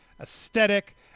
aesthetic